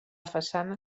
façana